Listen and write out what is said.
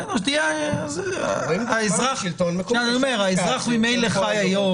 אז האזרח ממילא חי היום